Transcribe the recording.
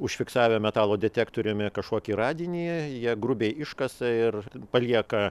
užfiksavę metalo detektoriumi kažkokį radinį jie grubiai iškasa ir palieka